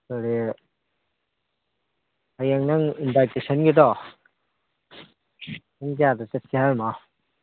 ꯀꯔꯤ ꯍꯌꯦꯡ ꯅꯪ ꯏꯟꯕꯥꯇꯤꯁꯤꯁꯟꯒꯤꯗꯣ ꯄꯨꯡ ꯀꯌꯥꯗ ꯆꯠꯁꯦ ꯍꯥꯏꯔꯤꯅꯣ